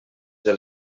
del